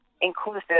inclusive